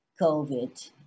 COVID